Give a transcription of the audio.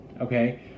Okay